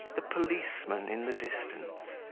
the policeman in the distance.